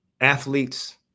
athletes